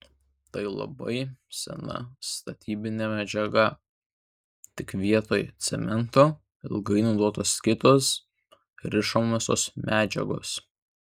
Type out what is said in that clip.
tai labai sena statybinė medžiaga tik vietoj cemento ilgai naudotos kitos rišamosios medžiagos